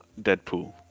Deadpool